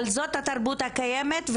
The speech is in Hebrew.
אבל זאת התרבות הקיימת.